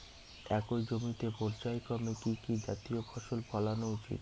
একই জমিতে পর্যায়ক্রমে কি কি জাতীয় ফসল ফলানো উচিৎ?